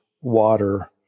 water